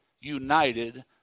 united